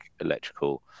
electrical